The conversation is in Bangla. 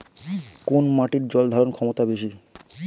কোন মাটির জল ধারণ ক্ষমতা বেশি?